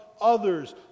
others